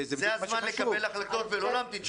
זה הזמן לקבל החלטות ולא להמתין שבועיים.